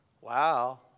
Wow